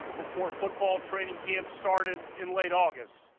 before football training cap started in late august.